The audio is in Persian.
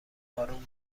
آروم